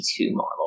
model